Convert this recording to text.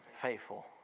Faithful